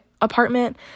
apartment